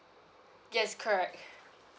yes correct